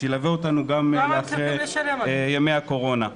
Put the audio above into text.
שילווה אותנו גם אחרי ימי הקורונה.